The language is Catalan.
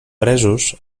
presos